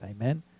Amen